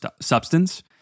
substance